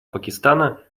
пакистана